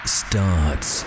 starts